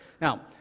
Now